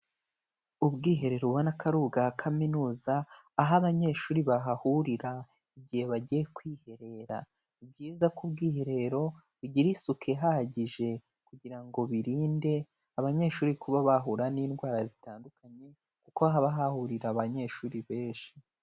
Ubwiherero ubona ko ari ubwa kaminuza, aho abanyeshuri bahahurira igihe bagiye kwiherera. Ni byiza ko ubwiherero bugira isuku ihagije, kugira ngo birinde abanyeshuri kuba bahura n'indwara zitandukanye, kuko haba hahurira abanyeshuri benshi.